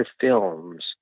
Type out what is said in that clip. films